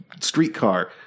streetcar